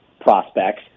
prospects